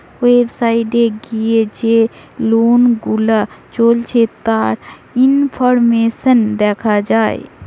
website এ গিয়ে যে লোন গুলা চলছে তার ইনফরমেশন দেখা যায়